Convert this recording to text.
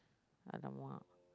!alamak!